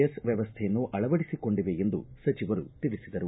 S ವ್ಯವಸ್ಥೆಯನ್ನು ಅಳವಡಿಬಿಕೊಂಡಿವೆ ಎಂದು ಸಚಿವರು ತಿಳಿಸಿದರು